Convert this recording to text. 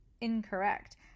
Incorrect